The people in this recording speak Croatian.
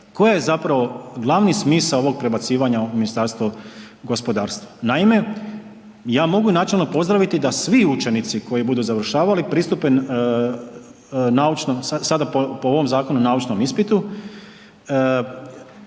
Koji je zapravo glavni smisao ovog prebacivanja u Ministarstvo gospodarstva? Naime, ja mogu načelno pozdraviti da svi učenici koji budu završavali pristupe, sada po ovom zakonu naučnom ispitu